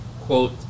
quote